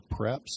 preps